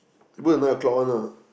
we book the nine-o'clock one ah